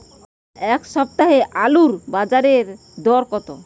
এ সপ্তাহে আলুর বাজারে দর কত?